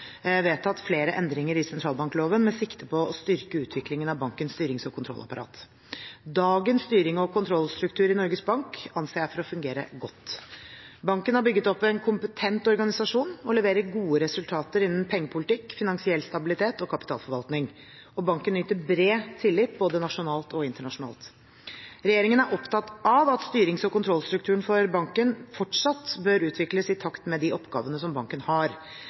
vedtatt flere endringer i sentralbankloven med sikte på å styrke utviklingen av bankens styrings- og kontrollapparat. Dagens styrings- og kontrollstruktur i Norges Bank anser jeg for å fungere godt. Banken har bygget opp en kompetent organisasjon og leverer gode resultater innen pengepolitikk, finansiell stabilitet og kapitalforvaltning. Banken nyter bred tillit både nasjonalt og internasjonalt. Regjeringen er opptatt av at styrings- og kontrollstrukturen for Norges Bank fortsatt bør utvikles i takt med de oppgavene banken har.